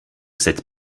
cette